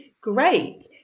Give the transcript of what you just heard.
great